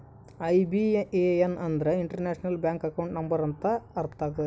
IBAN ಅಂದ್ರೆ international bank account number ಅಂತ ಅರ್ಥ ಆಗ್ಯದ